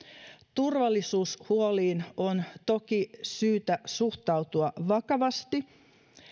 turvallisuushuoliin on toki syytä suhtautua vakavasti